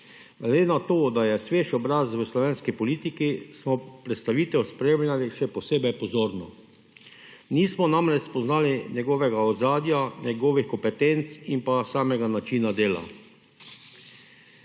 Glede na to, da je svež obraz v slovenski politiki smo predstavitev spremljali še posebej pozorno. Nismo namreč spoznali njegovega ozadja, njegovih kompetenc in pa samega načina dela.